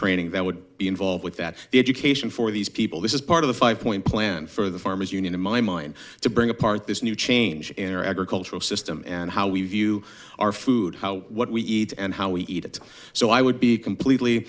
training that would be involved with that education for these people this is part of the five point plan for the farmers union in my mind to bring apart this new change in our agricultural system and how we view our food how what we eat and how we eat it so i would be completely